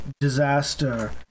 disaster